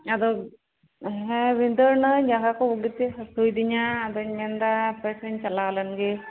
ᱟᱫᱚ ᱦᱮᱸ ᱵᱷᱤᱫᱟᱹᱲ ᱮᱱᱟᱧ ᱡᱟᱜᱟ ᱠᱩ ᱵᱩᱜᱤᱛᱮ ᱦᱟᱹᱥᱩᱤᱫᱤᱧᱟ ᱟᱫᱩᱧ ᱢᱮᱱ ᱮᱫᱟ ᱦᱟᱯᱮ ᱥᱮᱧ ᱪᱟᱞᱟᱣ ᱞᱮᱱ ᱜᱮ